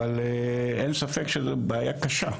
אבל אין ספק שזה בעיה קשה.